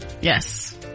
Yes